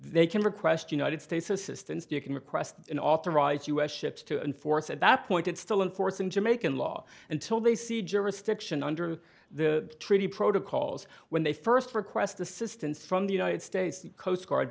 they can request united states assistance you can request an authorized u s ships to enforce at that point it's still in force in jamaican law until they see jurisdiction under the treaty protocols when they first request assistance from the united states coast